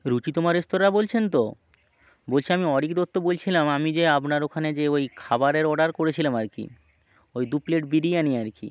Ruchitama restaurant বলছেন তো বলছি আমি অরিক দত্ত বলছিলাম আমি যে আপনার ওখানে যে ওই খাবারের অর্ডার করেছিলাম আরকি ওই দু প্লেট বিরিয়ানি আরকি